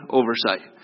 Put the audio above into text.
oversight